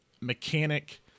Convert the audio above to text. mechanic